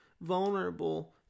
vulnerable